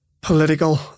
political